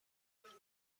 توانید